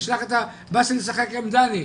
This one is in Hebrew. תשלח את באסל לשחק עם דני.